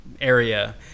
area